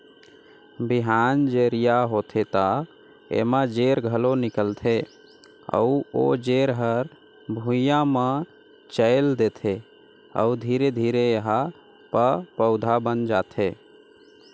बिहान जरिया होथे त एमा जेर घलो निकलथे अउ ओ जेर हर भुइंया म चयेल देथे अउ धीरे धीरे एहा प पउधा बन जाथे